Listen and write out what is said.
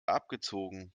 abgezogen